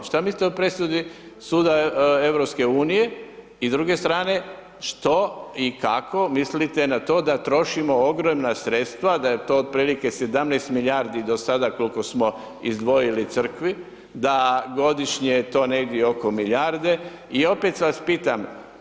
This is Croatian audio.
Što mislite o presudi suda EU i s druge strane, što i kako mislite na to da trošimo ogromna sredstva, da je to otprilike 17 milijardi do sada koliko smo izdvojili crkvi, da godišnje je to negdje oko milijarde i opet vas pitam.